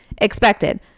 Expected